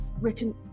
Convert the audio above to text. written